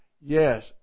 yes